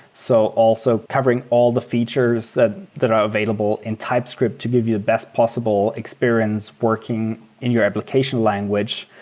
so also covering all the features that that are available in typescript to give you the best possible experience working in your application language.